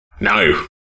no